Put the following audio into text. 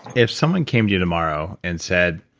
if someone came to you tomorrow and said,